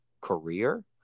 career